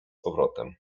powrotem